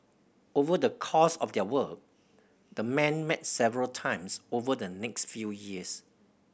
over the course of their work the men met several times over the next few years